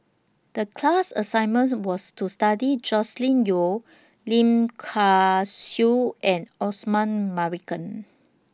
The class assignment was to study Joscelin Yeo Lim Kay Siu and Osman Merican